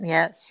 Yes